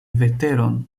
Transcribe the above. veteron